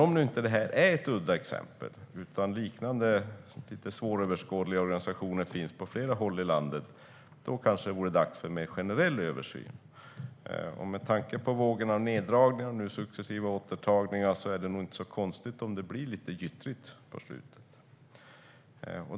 Om nu Göteborgs garnison inte är ett udda exempel utan liknande svåröverskådliga organisationer finns på flera håll i landet kanske det vore dags för en mer generell översyn. Med tanke på vågen av neddragningar och successiva återtagningar är det nog inte så konstigt om det blir lite gyttrigt.